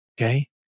Okay